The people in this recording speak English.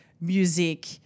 music